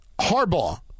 Harbaugh